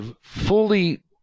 fully